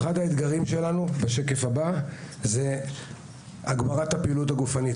אחד האתגרים שלנו הוא הגברת הפעילות הגופנית.